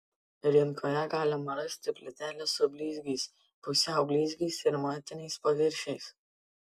rinkoje galima rasti plytelių su blizgiais pusiau blizgiais ir matiniais paviršiais